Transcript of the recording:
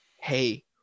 Hey